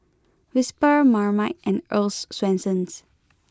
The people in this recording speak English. Whisper Marmite and Earl's Swensens